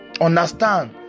understand